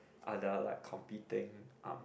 other like competing um